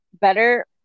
better